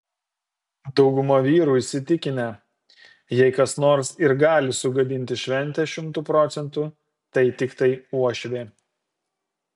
dauguma vyrų įsitikinę jei kas nors ir gali sugadinti šventę šimtu procentų tai tiktai uošvė